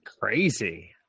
Crazy